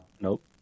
Nope